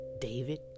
David